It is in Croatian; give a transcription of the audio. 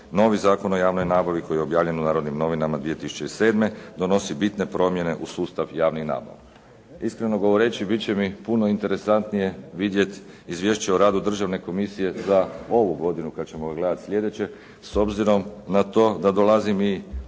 novi Zakon o javnoj nabavi koji je objavljen u “Narodnim novinama“ 2007. donosi bitne promjene u sustav javnih nabava. Iskreno govoreći, bit će mi puno interesantnije vidjeti Izvješće o radu Državne komisije za ovu godinu kad ćemo ga gledati slijedeće, s obzirom na to da dolazim i